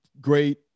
great